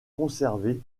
conserver